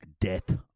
death